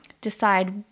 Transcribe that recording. decide